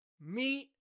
meet